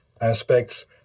aspects